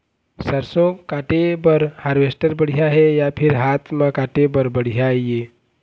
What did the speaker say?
सरसों काटे बर हारवेस्टर बढ़िया हे या फिर हाथ म काटे हर बढ़िया ये?